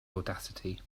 audacity